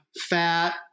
fat